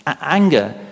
Anger